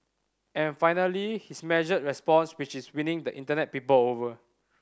and finally his measured response which is winning the Internet people over